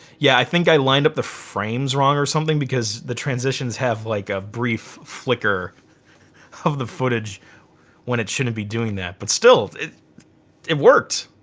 yeah i think i lined up the frames wrong or something because the transitions have like a brief flicker of the footage when it shouldn't be doing that. but still, it it worked.